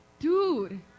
dude